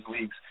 leagues